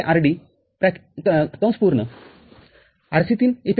rd Rc३ eff